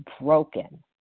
broken